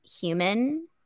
human